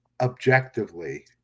objectively